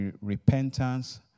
repentance